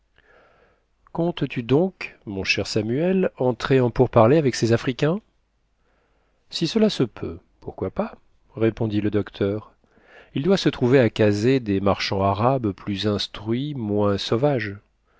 comptes-tu donc mon cher samuel entrer en pourparlers avec ces africains si cela se peut pourquoi pas répondit le docteur il doit se trouver à kazeh des marchands arabes plus instruits moins sauvages